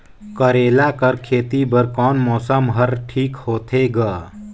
करेला कर खेती बर कोन मौसम हर ठीक होथे ग?